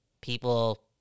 people